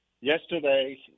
Yesterday